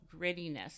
grittiness